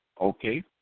Okay